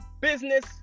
business